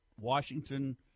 Washington